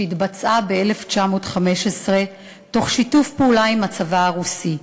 שהתבצעה ב-1915 בשיתוף פעולה עם הצבא הרוסי.